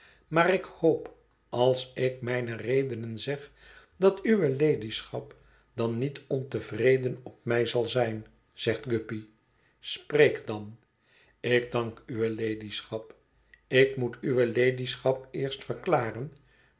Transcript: maar ik hoop als ik mijne redenen zeg dat uwe ladyschap dan niet ontevreden op mij zal zijn zegt guppy spreek dan ik dank uwe ladyschap ik moet uwe ladyschap eerst verklaren